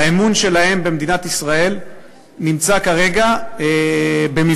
האמון שלהם במדינת ישראל נמצא כרגע במבחן.